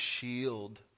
shield